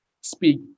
speak